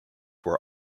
were